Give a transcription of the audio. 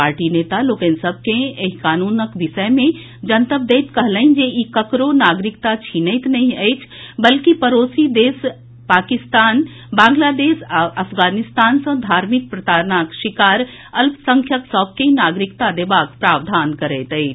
party नेता लोकनि लोक सभ के एहि कानूनक विषय मे जनतब दैत कहलनि जे ई ककरो नागरिकता छीनैत नहि अछि बल्कि पड़ोसी देश पाकिस्तान बांग्लादेश आ अफगानिस्तान सँ धार्मिक प्रताड़नाक शिकार अल्पसंख्यक सभ के नागरिकता देबाक प्रावधान करैत अछि